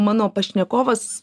mano pašnekovas